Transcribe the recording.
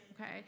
okay